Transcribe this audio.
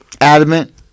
Adamant